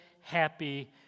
happy